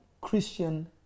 Christian